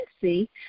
see